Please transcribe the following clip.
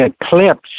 eclipse